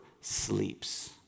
sleeps